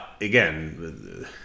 again